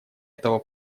этого